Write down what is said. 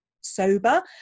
sober